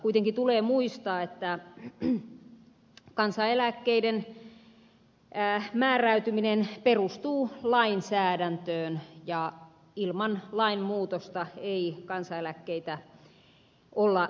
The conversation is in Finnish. kuitenkin tulee muistaa että kansaneläkkeiden määräytyminen perustuu lainsäädäntöön ja ilman lain muutosta ei kansaneläkkeitä olla heikentämässä